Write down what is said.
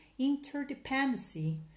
interdependency